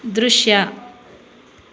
ದೃಶ್ಯ